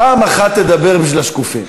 פעם אחת תדבר בשביל השקופים.